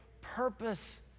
purpose